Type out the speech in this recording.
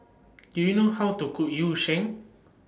Do YOU know How to Cook Yu Sheng